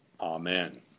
Amen